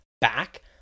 back